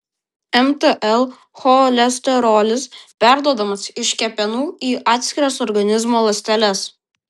mtl cholesterolis perduodamas iš kepenų į atskiras organizmo ląsteles